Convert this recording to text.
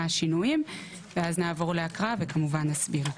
השינויים ואז נעבור להקראה וכמובן נסביר.